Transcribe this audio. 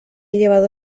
llevado